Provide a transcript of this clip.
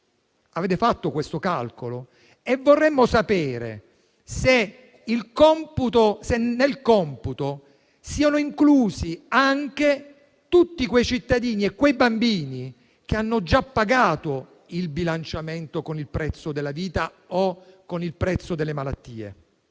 avete fatto questo calcolo? Vorremmo sapere se nel computo siano inclusi anche tutti quei cittadini e quei bambini che hanno già pagato il bilanciamento con il prezzo della vita o delle malattie.